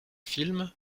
film